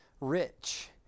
rich